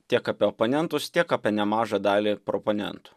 tiek apie oponentus tiek apie nemažą dalį proponentų